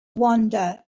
wander